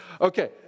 Okay